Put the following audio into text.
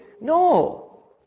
No